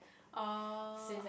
ah